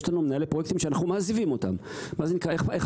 יש לנו מנהלי פרויקטים שאנחנו מעזיבים אותם.